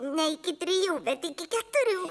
ne iki trijų bet iki keturių